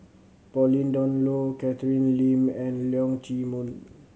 Pauline Dawn Loh Catherine Lim and Leong Chee Mun